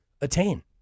attain